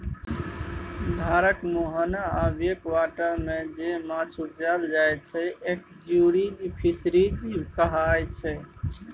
धारक मुहाना आ बैक बाटरमे जे माछ उपजाएल जाइ छै एस्च्युरीज फिशरीज कहाइ छै